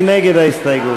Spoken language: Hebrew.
מי נגד ההסתייגות?